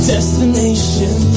Destination